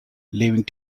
leaving